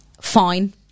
fine